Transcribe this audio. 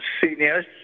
seniors